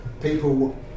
People